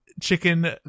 chicken